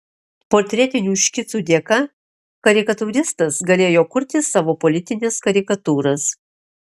portretinių škicų dėka karikatūristas galėjo kurti savo politines karikatūras